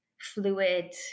fluid